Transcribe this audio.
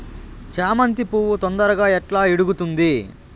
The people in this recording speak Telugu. చామంతి పువ్వు తొందరగా ఎట్లా ఇడుగుతుంది?